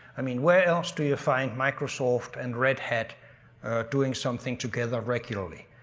i mean, where else do you find microsoft and redhat doing something together regularly?